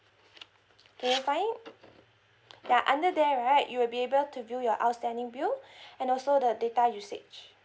did you find it ya under there right you will be able to view your outstanding bill and also the data usage